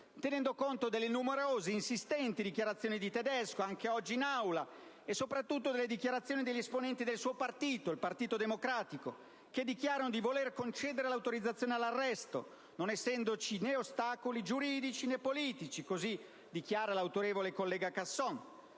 tenendo conto delle numerose ed insistenti dichiarazioni del senatore Tedesco, rese anche oggi in Aula, e soprattutto delle dichiarazioni degli esponenti del suo partito, il Partito Democratico, con cui affermano di voler concedere l'autorizzazione all'arresto non essendoci ostacoli né giuridici né politici (così dichiara l'autorevole collega Casson).